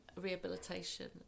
rehabilitation